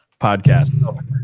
podcast